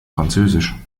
französisch